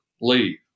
leave